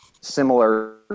similar